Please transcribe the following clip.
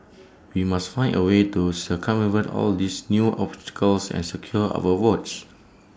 we must find A way to circumvent all these new obstacles and secure our votes